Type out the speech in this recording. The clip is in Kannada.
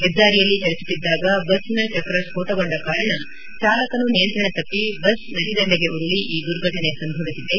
ಹೆದ್ದಾರಿಯಲ್ಲಿ ಚಲಿಸುತ್ತಿದ್ದಾಗ ಬಸ್ನ ಚಕ್ರ ಸ್ವೋಟಗೊಂಡ ಕಾರಣ ಚಾಲಕನು ನಿಯಂತ್ರಣ ತಪ್ಪಿ ಬಸ್ ನದಿದಂಡೆಗೆ ಉರುಳಿ ಈ ದುರ್ಘಟನೆ ಸಂಭವಿಸಿದೆ